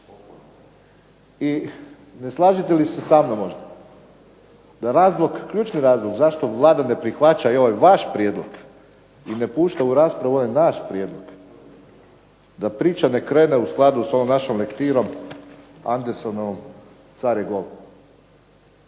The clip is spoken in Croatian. i ne slažete li se sa mnom možda da razlog, ključni razlog zašto Vlada ne prihvaća i ovaj vaš prijedlog i ne pušta u raspravu ovaj naš prijedlog da priča ne krene u skladu sa ovom našom lektirom Andersenovom "Car je gol".